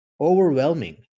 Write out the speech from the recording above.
overwhelming